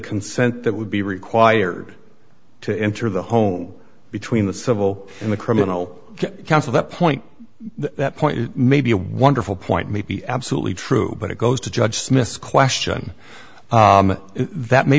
consent that would be required to enter the home between the civil and the criminal counsel the point that point may be a wonderful point may be absolutely true but it goes to judge smith's question that may